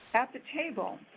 at the table,